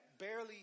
barely